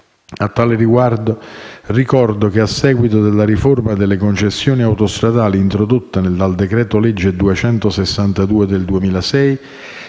A tal riguardo, ricordo che, a seguito della riforma delle concessioni autostradali, introdotta dal decreto legge n. 262 del 2006,